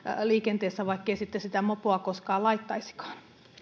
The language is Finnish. liikenteessä vaikkeivät sitten sitä mopoa koskaan laittaisikaan